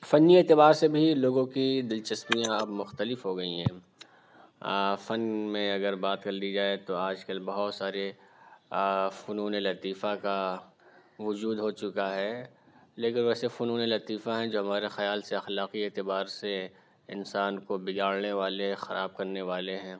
فنی اعتبار سے بھی لوگوں کی دلچسپیاں اب مختلف ہو گئیں ہیں فن میں اگر بات کر لی جائے تو آج کل بہت سارے فنون لطیفہ کا وجود ہو چکا ہے لیکن ویسے فنون لطیفہ ہیں جو ہمارے خیال سے اخلاقی اعتبار سے انسان کو بگاڑنے والے خراب کرنے والے ہیں